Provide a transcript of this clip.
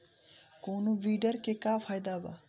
कौनो वीडर के का फायदा बा?